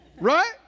Right